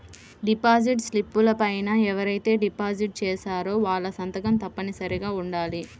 deposit స్లిపుల పైన ఎవరైతే డిపాజిట్ చేశారో వాళ్ళ సంతకం తప్పనిసరిగా ఉండాలి